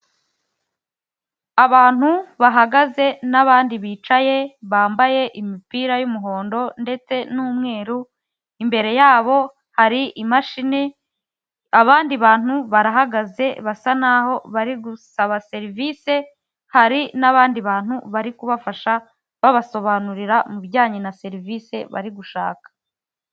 Abantu bahagaze n'abandi bicaye bambaye imipira y'umuhondo ndetse n'umweru, imbere yabo hari imashini, abandi bantu barahagaze basa n'aho bari gusaba serivisi, hari n'abandi bantu bari kubafasha babasobanurira mu bijyanye na serivisi bari gushaka.